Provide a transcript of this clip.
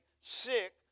sick